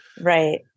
right